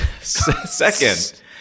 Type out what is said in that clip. Second